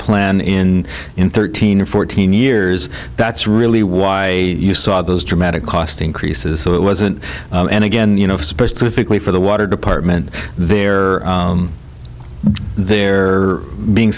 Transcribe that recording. plan in in thirteen or fourteen years that's really why you saw those dramatic cost increases so it wasn't and again you know specifically for the water department there they're being